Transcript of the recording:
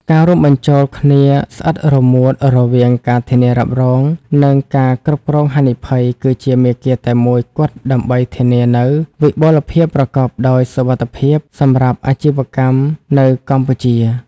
ការរួមបញ្ចូលគ្នាស្អិតរមួតរវាងការធានារ៉ាប់រង និងការគ្រប់គ្រងហានិភ័យ គឺជាមាគ៌ាតែមួយគត់ដើម្បីធានានូវ "វិបុលភាពប្រកបដោយសុវត្ថិភាព" សម្រាប់អាជីវកម្មនៅកម្ពុជា។